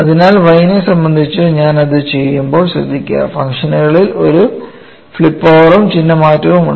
അതിനാൽ y നെ സംബന്ധിച്ച് ഞാൻ അത് ചെയ്യുമ്പോൾ ശ്രദ്ധിക്കുക ഫംഗ്ഷനുകളിൽ ഒരു ഫ്ലിപ്പ് ഓവറും ചിഹ്ന മാറ്റവും ഉണ്ട്